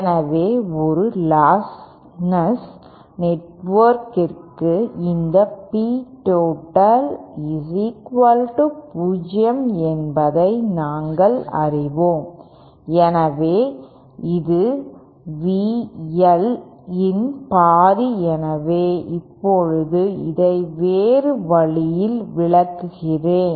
எனவே ஒரு லாஸ்ட்லெஸ் நெட்ஒர்க்கிற்கு இந்த P total 0 என்பதை நாங்கள் அறிவோம் எனவே இது V L இன் பாதி எனவே இப்போது இதை வேறு வழியில் விளக்குகிறேன்